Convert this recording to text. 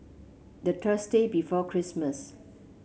the Thursday before Christmas